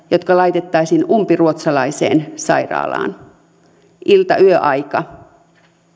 jotka laitettaisiin umpiruotsalaiseen sairaalaan ilta yöaikaan